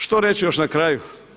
Što reći još na kraju?